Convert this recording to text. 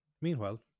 Meanwhile